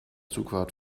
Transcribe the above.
zugfahrt